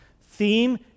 theme